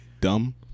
dumb